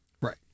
Right